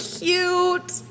cute